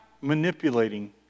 manipulating